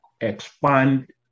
expand